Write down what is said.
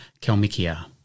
Kalmykia